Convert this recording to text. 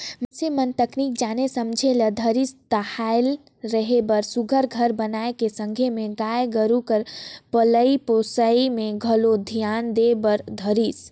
मइनसे मन तनिक जाने समझे ल धरिस ताहले रहें बर सुग्घर घर बनाए के संग में गाय गोरु कर पलई पोसई में घलोक धियान दे बर धरिस